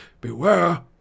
Beware